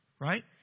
right